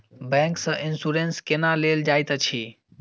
bank सँ insurance केना लेल जाइत अछि